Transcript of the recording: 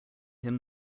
him